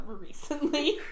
Recently